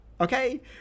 okay